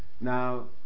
Now